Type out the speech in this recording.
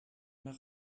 nach